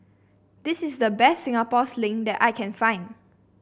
this is the best Singapore Sling that I can find